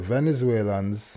Venezuelans